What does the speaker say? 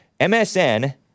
MSN